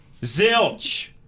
Zilch